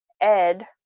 Ed